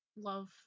love